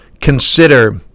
consider